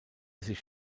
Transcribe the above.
sich